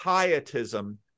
pietism